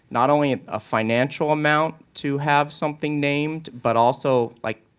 not only a financial amount to have something named, but also like